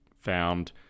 found